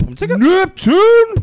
Neptune